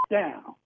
down